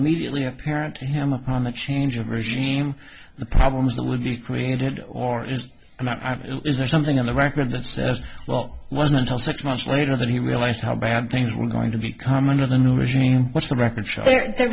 immediately apparent to him upon the change of regime the problems that would be created or is amount is there something on the record that says well wasn't until six months later that he realized how bad things were going to become under the new regime what's the